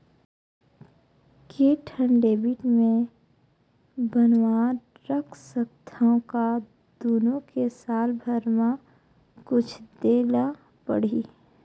के ठन डेबिट मैं बनवा रख सकथव? का दुनो के साल भर मा कुछ दे ला पड़ही?